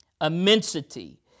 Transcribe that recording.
Immensity